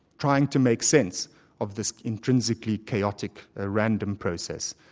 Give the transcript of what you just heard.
trying to make sense of this intrinsically chaotic, ah random process.